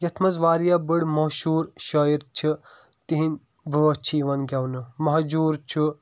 یَتھ منٛز واریاہ بٔڑ مشہوٗر شٲعر چھِ تَہنٛد بٲتھ چھِ یوان گیٚونہٕ مہجوٗر چھُ